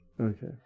Okay